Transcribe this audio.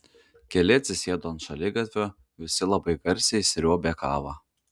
keli atsisėdo ant šaligatvio visi labai garsiai sriuobė kavą